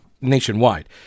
nationwide